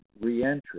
reentry